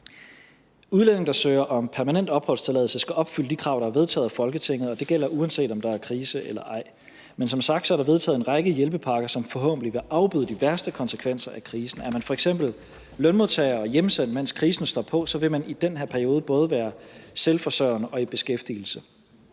Udlændinge, der søger om permanent opholdstilladelse, skal opfylde de krav, der er vedtaget af Folketinget, og det gælder, uanset om der er krise eller ej. Men som sagt er der vedtaget en række hjælpepakker, som forhåbentlig vil afbøde de værste konsekvenser af krisen, og er man f.eks. lønmodtager og hjemsendt, mens krisen står på, så vil man i den her periode både være selvforsørgende og i beskæftigelse.